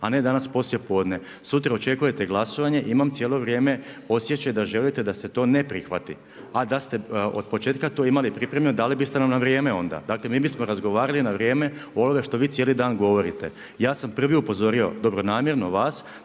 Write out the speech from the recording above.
a ne danas poslijepodne. Sutra očekujete glasovanje i imam cijelo vrijeme osjećaj da želite da se to ne prihvati. A da ste od početka to imali pripremljeno dali biste nam na vrijeme onda. Dakle, mi bismo razgovarali na vrijeme o onome što vi cijeli dan govorite. Ja sam prvi upozorio, dobronamjerno vas,